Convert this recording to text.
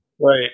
Right